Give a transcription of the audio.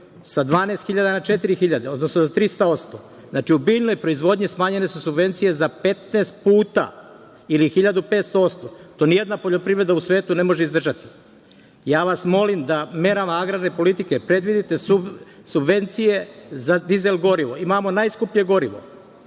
sa 12.000 na 4.000, odnosno za trista odsto. Znači, u biljnoj proizvodnji smanjene su subvencije za 15 puta ili 1.500 odsto. To nijedna poljoprivreda u svetu ne može izdržati. Ja vas molim da merama agrarne politike predvidite subvencije za dizel gorivo. Imamo najskuplje gorivo,